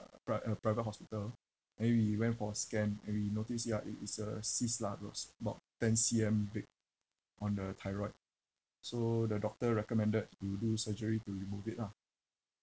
uh pri~ uh private hospital and we went for a scan and we noticed ya it is a cyst lah it was about ten C_M big on the thyroid so the doctor recommended to do surgery to remove it lah